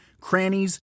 crannies